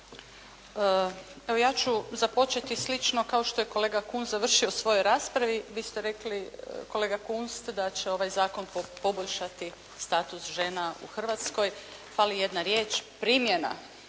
Evo ja ću započeti slično kao što je kolega Kunst završio u svojoj raspravi. Vi ste rekli kolega Kunst da će ovaj zakon poboljšati status žena u Hrvatskoj. Fali jedna riječ, primjena